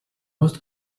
most